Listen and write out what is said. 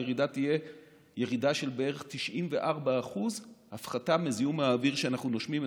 הירידה תהיה של בערך 94% הפחתה בזיהום האוויר שאנחנו נושמים,